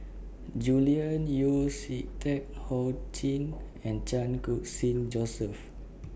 Julian Yeo See Teck Ho Ching and Chan Khun Sing Joseph